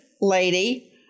lady